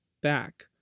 back